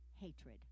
hatred